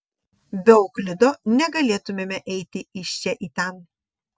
be euklido negalėtumėme eiti iš čia į ten